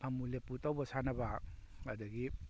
ꯐꯝꯃꯨ ꯂꯦꯞꯄꯨ ꯇꯧꯕ ꯁꯥꯟꯅꯕ ꯑꯗꯒꯤ